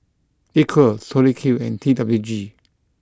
Equal Tori Q and T W G